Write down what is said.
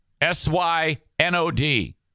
S-Y-N-O-D